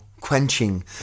quenching